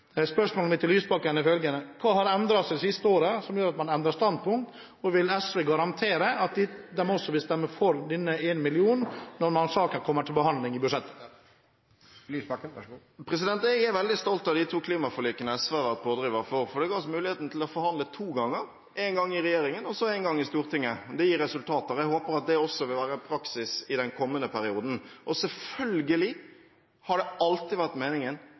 Spørsmålet mitt til Lysbakken er følgende: Hva har endret seg det siste året som gjør at man endrer standpunkt, og vil SV garantere at de også vil stemme for denne ene millionen når saken kommer til behandling i budsjettet? Jeg er veldig stolt av de to klimaforlikene SV har vært pådriver for, for det ga oss muligheten til å forhandle to ganger – én gang i regjeringen og én gang i Stortinget. Det gir resultater, og jeg håper at det også vil være praksis i den kommende perioden. Selvfølgelig har det alltid vært meningen